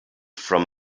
from